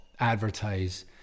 advertise